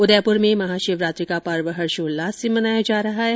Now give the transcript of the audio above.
उदयपुर में महाशिवरात्रि का पर्व हर्षोल्लास के साथ मनाया जा रहा है